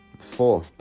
Four